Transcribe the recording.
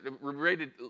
related